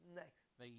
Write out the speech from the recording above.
next